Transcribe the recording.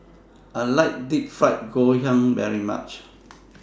I like Deep Fried Ngoh Hiang very much